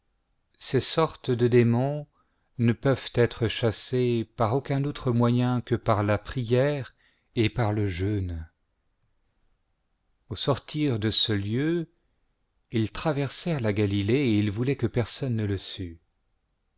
ces sortes de démons ne peuvent être chassés par aucun autre moyen que par la prière et par le jeûne au sortir de ce lieu ils traversèrent la galilée et il voulait que personne ne le sût